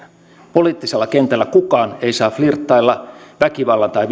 poliittisella kentällä kukaan ei saa flirttailla väkivallan tai